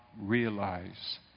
realize